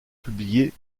publiés